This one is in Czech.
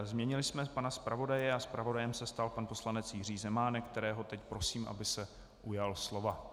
Změnili jsme pana zpravodaje a zpravodajem se stal pan poslanec Jiří Zemánek, kterého teď prosím, aby se ujal slova.